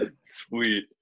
Sweet